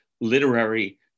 literary